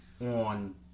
on